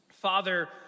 Father